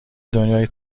دنیای